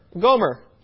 Gomer